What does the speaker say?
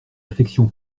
affection